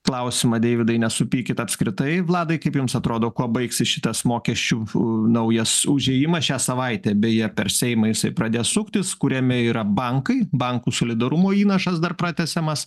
klausimą deividai nesupykit apskritai vladai kaip jums atrodo kuo baigsis šitas mokesčių naujas užėjimas šią savaitę beje per seimą jisai pradės suktis kuriame yra bankai bankų solidarumo įnašas dar pratęsiamas